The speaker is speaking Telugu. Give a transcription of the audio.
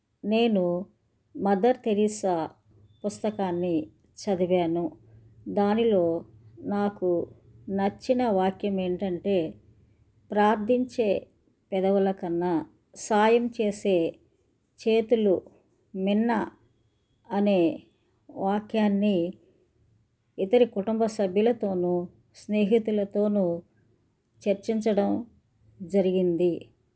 నేను మథర్ తెరిస్సా పుస్తకాన్ని చదివాను దానిలో నాకు నచ్చిన వాక్యం ఏంటంటే ప్రార్థించే పెదవులకన్నా సాయం చేసే చేతులు మిన్న అనే వాక్యాన్ని ఇతర కుటుంబ సభ్యులతోనూ స్నేహితులతోనూ చర్చించడం జరిగింది